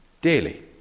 daily